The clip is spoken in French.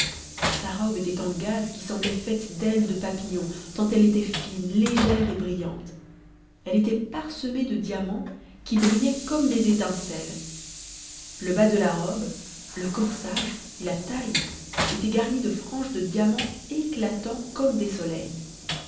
sa robe était en gaze qui semblait faite d'ailes de papillons tant elle était fine légère et brillante elle était parsemée de diamants qui brillaient comme des étincelles le bas de la robe le corsage et la taille étaient garnis de franges de diamants éclatants comme des soleils